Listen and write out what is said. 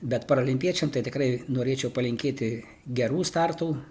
bet paralimpiečiam tai tikrai norėčiau palinkėti gerų startų